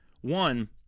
One